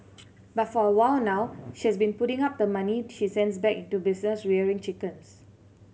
but for a while now she has been putting up the money she sends back into business rearing chickens